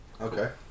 Okay